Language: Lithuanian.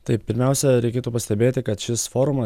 taip pirmiausia reikėtų pastebėti kad šis forumas